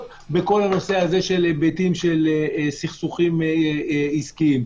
בכל הקשור להיבטים של סכסוכים עסקיים.